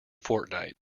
fortnite